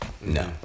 no